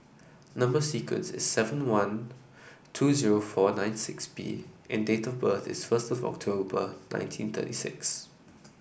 number sequence is seven one two zero four nine six B and date of birth is first October nineteen thirty six